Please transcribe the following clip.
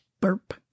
burp